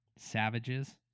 Savages